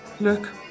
Look